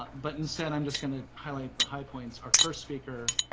but but, instead, i'm just gonna highlight the high points. our first speaker,